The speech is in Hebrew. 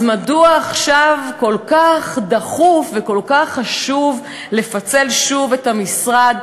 אז מדוע עכשיו כל כך דחוף וכל כך חשוב לפצל שוב את המשרד,